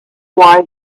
why